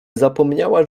zapomniała